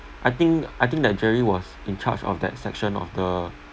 I think I think that jerry was in charge of that section of the